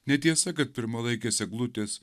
netiesa kad pirmalaikės eglutės